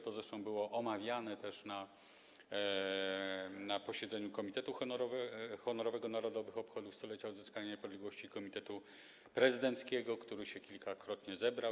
To zresztą było omawiane też na posiedzeniu komitetu honorowego narodowych obchodów 100-lecia odzyskania niepodległości i komitetu prezydenckiego, który się kilkakrotnie zebrał.